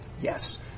Yes